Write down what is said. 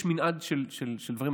יש מנעד של דברים,